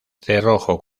cerrojo